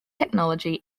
technology